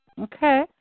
Okay